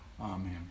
Amen